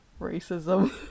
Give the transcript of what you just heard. racism